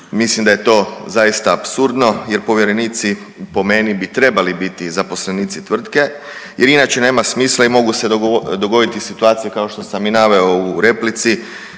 Mislim da je to zaista apsurdno jer povjerenici po meni bi trebali biti zaposlenici tvrtke jer inače nema smisla i mogu dogoditi situacije kao što sam i naveo u replici